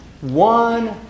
One